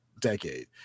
decade